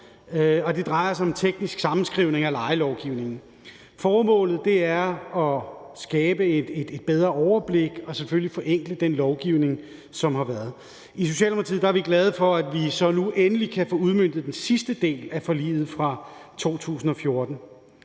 det drejer sig om en teknisk sammenskrivning af lejelovgivningen. Formålet er at skabe et bedre overblik og selvfølgelig forenkle den lovgivning, som har været. I Socialdemokratiet er vi glade for, at vi så nu endelig kan få udmøntet den sidste del af forliget fra 2014.